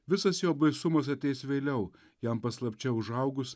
visas jo baisumas ateis vėliau jam paslapčia užaugus